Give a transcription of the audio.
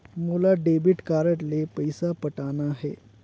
मोला debit card ले पइसा पटाना हे?